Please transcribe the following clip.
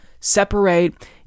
separate